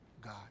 God